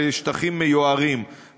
של שטחים מיוערים,